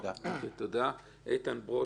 איתן ברושי,